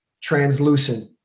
translucent